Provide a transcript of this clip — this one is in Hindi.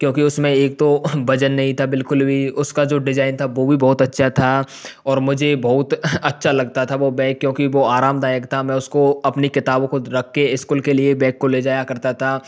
क्योंकि उसमें एक तो वज़न नहीं था बिल्कुल भी उसका जो डिजाइन था वह भी बहुत अच्छा था और मुझे बहुत अच्छा लगता था वो बैग क्योंकि वो आरामदायक था मैं उसको अपनी किताबों को रख कर स्कूल के लिए बैग को ले जाया करता था